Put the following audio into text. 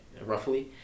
roughly